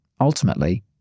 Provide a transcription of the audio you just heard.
ultimately